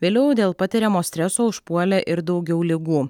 vėliau dėl patiriamo streso užpuolė ir daugiau ligų